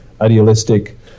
idealistic